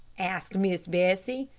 asked miss bessie.